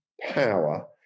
power